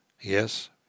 Yes